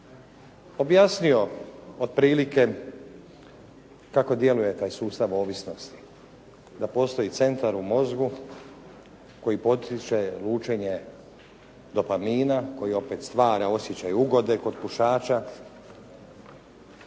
objasnio otprilike kako djeluje taj sustav ovisnosti, da postoji centar u mozgu koji potiče lučenje dopamina koji opet stvara osjećaj ugode kod pušača